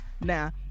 now